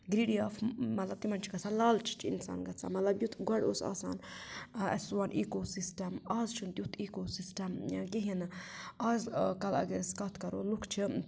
greedy of مطلب تِمَن چھُ گژھان لالچ چھُ اِنسان گژھان مطلب یُتھ گۄڈٕ اوس آسان آ سون ایٖکو سِسٹَم اَز چھُنہٕ تٮُ۪تھ ایٖکو سِسٹَم کِہیٖنٛۍ نہٕ اَزکَل اگر أسۍ کَتھ کَرو لُکھ چھِ